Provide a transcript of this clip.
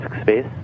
space